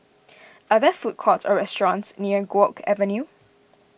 are there food courts or restaurants near Guok Avenue